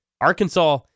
Arkansas